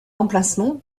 emplacement